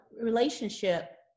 relationship